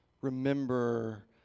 Remember